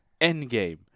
endgame